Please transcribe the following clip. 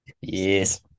yes